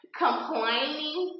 complaining